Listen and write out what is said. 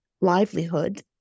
livelihood